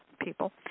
people